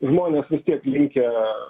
žmonės vis tiek linkę